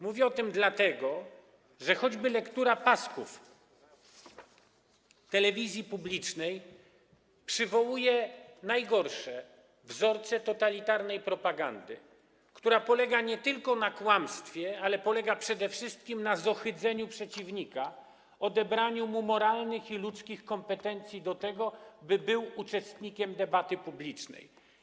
Mówię o tym dlatego, że choćby lektura pasków telewizji publicznej przywołuje najgorsze wzorce totalitarnej propagandy, która polega nie tylko na kłamstwie, ale polega przede wszystkim na zohydzeniu przeciwnika, odebraniu mu moralnych i ludzkich kompetencji do tego, by był uczestnikiem debaty publicznej.